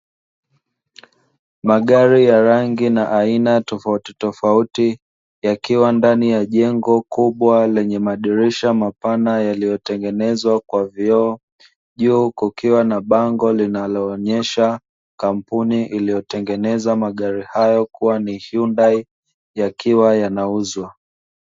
Magari ya rangi na aina tofautitofauti, yakiwa ndani ya jengo kubwa lenye madirisha mapana yaliyotengenezwa kwa vioo juu kukiwa na bango linaloonesha kampuni iliyotengeneza magari hayo kuwa ni "HYUNDAI," yakiwa yanauzwa.